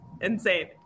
insane